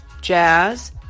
jazz